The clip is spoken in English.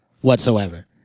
whatsoever